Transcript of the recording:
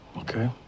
Okay